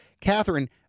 Catherine